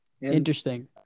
Interesting